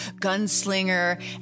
gunslinger